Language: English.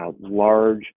large